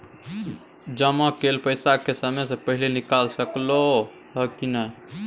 जमा कैल पैसा के समय से पहिले निकाल सकलौं ह की नय?